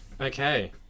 Okay